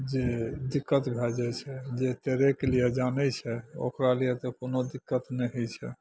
जे दिक्कत भए जाइ छै जे तैरेके लिए जानै छै ओकरालिए तऽ कोनो दिक्कत नहि होइ छै